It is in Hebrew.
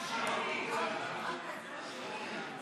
ההסתייגות (185) של חבר הכנסת אילן גילאון לסעיף 1 לא נתקבלה.